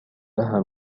لها